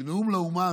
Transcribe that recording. שנאום לאומה,